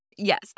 Yes